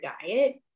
diet